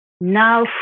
now